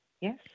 Yes